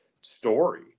story